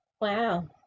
Wow